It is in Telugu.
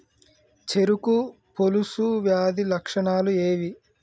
చెరుకు పొలుసు వ్యాధి లక్షణాలు ఏవి?